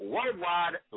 Worldwide